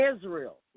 Israel